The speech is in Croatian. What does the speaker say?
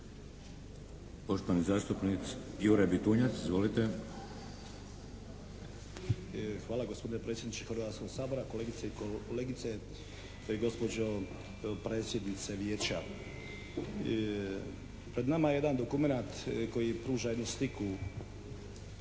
Poštovani zastupnik Jure Bitunjac. Izvolite! **Bitunjac, Jure (HDZ)** Hvala. Gospodine predsjedniče Hrvatskoga sabora, kolegice i kolege, gospođo predsjednice vijeća! Pred nama je jedan dokumenat koji pruža jednu sliku